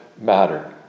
matter